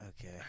okay